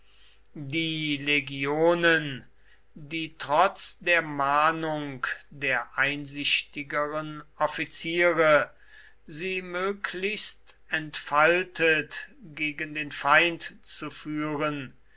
die legionen die trotz der mahnung der einsichtigeren offiziere sie möglichst entfaltet gegen den feind zu führen